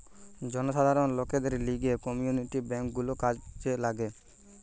জনসাধারণ লোকদের লিগে কমিউনিটি বেঙ্ক গুলা কাজে লাগে